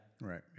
Right